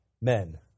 men